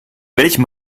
welchem